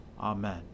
Amen